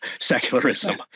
secularism